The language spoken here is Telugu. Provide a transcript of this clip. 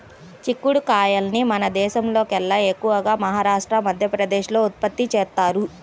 చిక్కుడు కాయల్ని మన దేశంలోకెల్లా ఎక్కువగా మహారాష్ట్ర, మధ్యప్రదేశ్ లో ఉత్పత్తి చేత్తారు